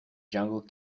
jungle